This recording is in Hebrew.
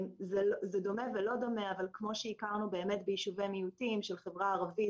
זה דומה ולא דומה אבל כמו שהכרנו ביישובי המיעוטים של החברה הערבית,